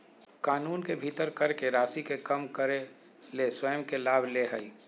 कानून के भीतर कर के राशि के कम करे ले स्वयं के लाभ ले हइ